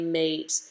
meet